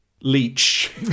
Leech